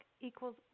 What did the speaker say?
Equals